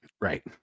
Right